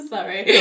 Sorry